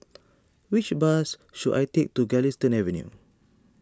which bus should I take to Galistan Avenue